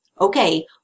Okay